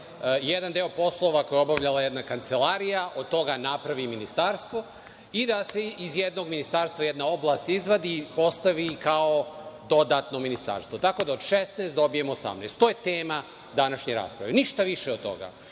jedan deo poslova koji je obavljala jedna kancelarija od toga napravi ministarstvo i da se iz jednog ministarstva jedna oblast izvadi i postavi kao dodatno ministarstvo. Tako da od 16 dobijemo 18. To je tema današnje rasprave, ništa više od toga.